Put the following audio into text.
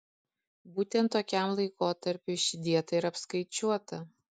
būtent tokiam laikotarpiui ši dieta ir apskaičiuota